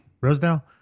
Rosedale